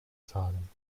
zahlen